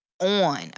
on